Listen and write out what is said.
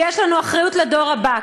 כי יש לנו אחריות לדור הבא.